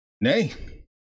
Nay